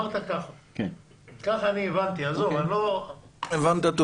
כך אני הבנתי אתה אומר